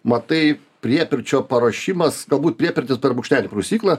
matai priepirčio paruošimas galbūt priepirtis per brūkšnelį prausykla